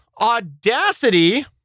Audacity